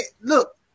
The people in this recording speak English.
look